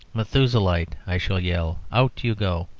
methuselahite! i shall yell. out you go!